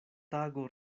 tago